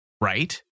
right